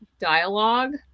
dialogue